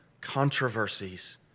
controversies